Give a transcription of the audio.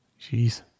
Jeez